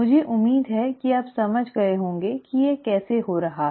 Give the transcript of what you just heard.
मुझे उम्मीद है कि आप समझ गए होंगे कि यह कैसे हो रहा है